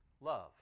Love